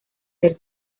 ser